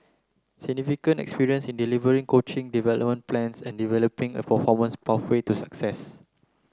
significant experience in delivering coaching development plans and developing a performance to success